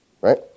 Right